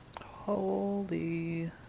Holy